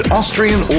Austrian